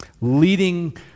Leading